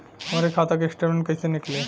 हमरे खाता के स्टेटमेंट कइसे निकली?